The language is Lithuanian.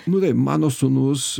nu taip mano sūnus